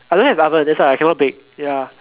I don't have oven that is why I cannot bake ya